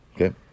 Okay